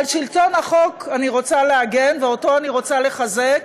על שלטון החוק אני רוצה להגן ואותו אני רוצה לחזק